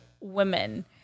women